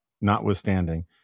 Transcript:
notwithstanding